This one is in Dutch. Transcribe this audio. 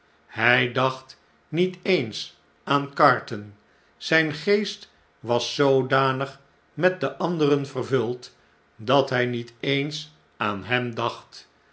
hij dacht niet eens aan carton zjjn geest was zoodanig met de anderen vervuld dat luj niet eens aan hem dacht